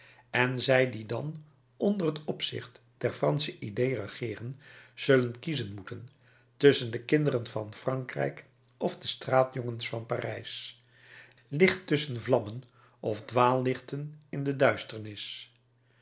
en zij die dan onder het opzicht der fransche idée regeeren zullen kiezen moeten tusschen de kinderen van frankrijk of de straatjongens van parijs licht tusschen vlammen of dwaallichten in de duisternis